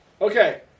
Okay